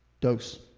dose